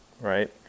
Right